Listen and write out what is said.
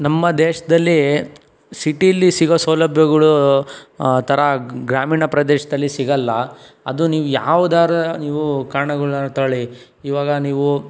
ನಮ್ಮ ದೇಶದಲ್ಲಿ ಸಿಟೀಲಿ ಸಿಗೋ ಸೌಲಭ್ಯಗಳ ಥರ ಗ್ರಾಮೀಣ ಪ್ರದೇಶದಲ್ಲಿ ಸಿಗಲ್ಲ ಅದು ನೀವು ಯಾವ್ದಾದ್ರೂ ನೀವು ಕಾರಣಗಳನ್ನಾದರೂ ತಗೊಳ್ಳಿ ಇವಾಗ ನೀವು